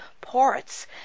parts